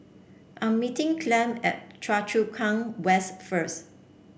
I'm meeting Clem at Choa Chu Kang West first